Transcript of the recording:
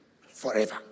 forever